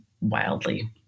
wildly